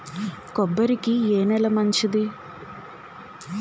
కొబ్బరి కి ఏ నేల మంచిది?